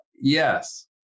yes